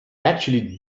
actually